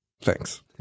thanks